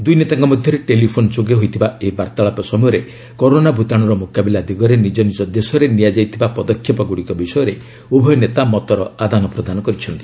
ଦୁଇ ନେତାଙ୍କ ମଧ୍ୟରେ ଟେଲିଫୋନ୍ ଯୋଗେ ହୋଇଥିବା ଏହି ବାର୍ତ୍ତାଳାପ ସମୟରେ କରୋନା ଭୂତାଣୁର ମୁକାବିଲା ଦିଗରେ ନିଜ ନିଜ ଦେଶରେ ନିଆଯାଇଥିବା ପଦକ୍ଷେପଗୁଡ଼ିକ ବିଷୟରେ ଉଭୟ ନେତା ମତର ଆଦାନପ୍ରଦାନ କରିଛନ୍ତି